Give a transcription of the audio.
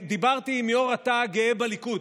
דיברתי עם יו"ר התא הגאה בליכוד,